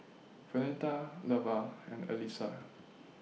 Vernetta Lavar and Allyssa